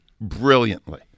brilliantly